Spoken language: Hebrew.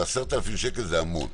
10,000 שקל זה המון.